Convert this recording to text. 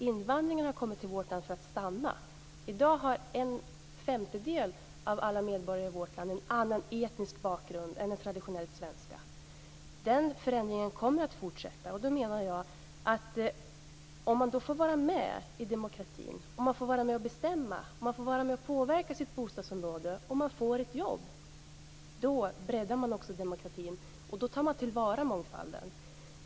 Invandringen har kommit till vårt land för att stanna. I dag har en femtedel av alla medborgare i vårt land en annan etnisk bakgrund än den traditionellt svenska. Den förändringen kommer att fortsätta. Om dessa människor får vara med i demokratin, får vara med och bestämma och påverka sitt bostadsområde och om de får jobb breddas också demokratin. Då tar man till vara mångfalden.